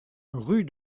rue